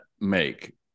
make